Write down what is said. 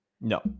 No